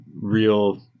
real